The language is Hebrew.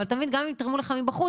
אבל, אתה מבין שאם גם יתרמו לך מבחוץ,